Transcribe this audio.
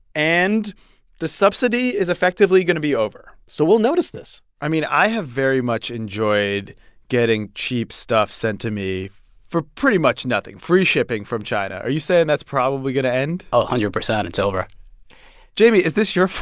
and the subsidy is effectively going to be over. so we'll notice this i mean, i have very much enjoyed getting cheap stuff sent to me for pretty much nothing free shipping from china. are you saying that's probably going to end? oh, one hundred percent. it's over jayme, is this your